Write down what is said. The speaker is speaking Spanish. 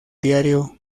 diario